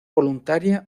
voluntaria